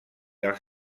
als